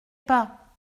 pas